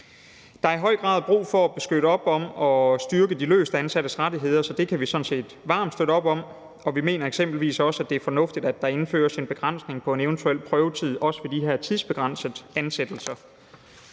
Der er i høj grad brug for at beskytte og styrke de løst ansattes rettigheder, så det kan vi sådan set varmt støtte op om. Vi mener eksempelvis også, at det er fornuftigt, at der indføres en begrænsning på en eventuel prøvetid, også for de her tidsbegrænsede ansættelser.